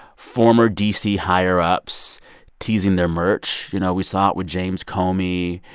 former d c. higher-ups teasing their merch. you know, we saw it with james comey.